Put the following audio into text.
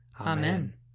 Amen